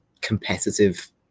competitive